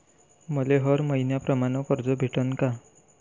मले हर मईन्याप्रमाणं कर्ज भेटन का?